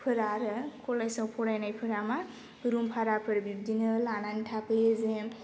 फोरा आरो कलेजआव फरायनायफोरा मा रुम भाराफोर बिब्दिनो लानानै थाफैयो जे